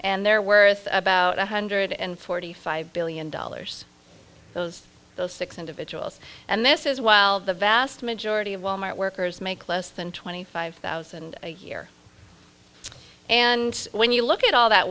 and they're worth about one hundred and forty five billion dollars those those six individuals and this is while the vast majority of wal mart workers make less than twenty five thousand a year and when you look at all that